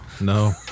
No